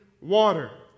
water